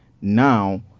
now